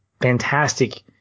fantastic